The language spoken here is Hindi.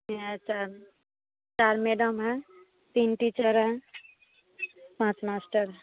यहाँ चाभी चार मेडम है तीन टीचर हैं पाँच मास्टर है